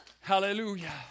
Hallelujah